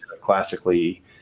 classically